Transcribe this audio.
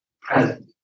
present